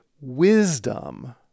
wisdom